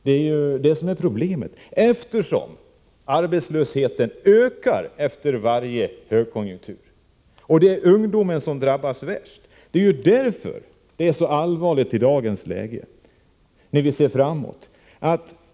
Det är det som är problemet, eftersom arbetslösheten ökar efter varje högkonjunktur. Det är ungdomen som då drabbas värst. Det är därför som läget är så allvarligt när vi i dag ser framåt.